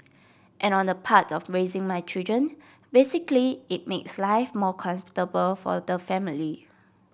and on the part of raising my children basically it makes life more comfortable for the family